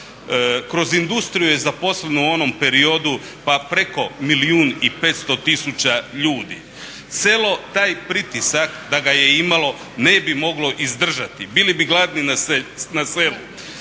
Kroz industriju je zaposleno u onom periodu pa preko milijun i petsto tisuća ljudi. Selo taj pritisak da ga je imalo ne bi moglo izdržati, bili bi gladni na selu.